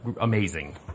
amazing